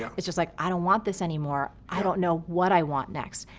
yeah it's just like i don't want this anymore. i don't know what i want next.